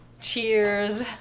cheers